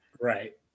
Right